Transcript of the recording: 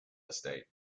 estate